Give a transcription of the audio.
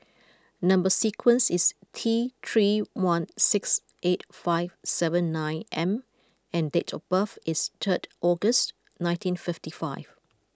number sequence is T three one six eight five seven nine M and date of birth is third August nineteen fifty five